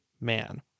man